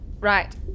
Right